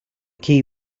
key